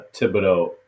Thibodeau